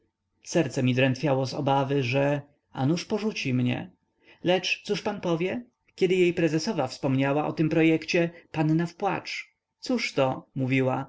serce mi trętwiało z obawy że a nuż porzuci mnie lecz co pan powie kiedy jej prezesowa wspomniała o tym projekcie panna w płacz cóż to mówiła